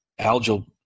algal